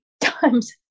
times